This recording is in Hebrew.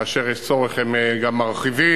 כאשר יש צורך הם גם מרחיבים,